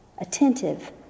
attentive